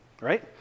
Right